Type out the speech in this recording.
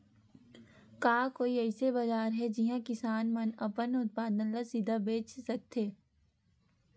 का कोई अइसे बाजार हे जिहां किसान मन अपन उत्पादन ला सीधा बेच सकथे?